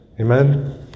Amen